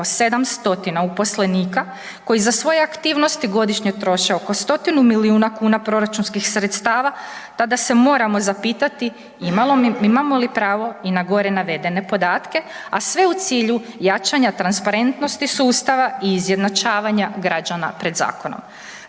uposlenika koji za svoje aktivnosti godišnje troše oko stotine milijuna kuna proračunskih sredstava tada se moramo zapitati imamo li pravo i na gore navedene podatke, a sve u cilju jačanja transparentnosti sustava i izjednačavanja građana pred zakonom.